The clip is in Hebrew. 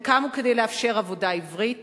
הם קמו כדי לאפשר עבודה עברית